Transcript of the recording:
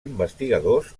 investigadors